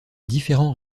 différents